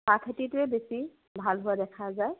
চাহ খেতিটোৱে বেছি ভাল হোৱা দেখা যায়